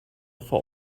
for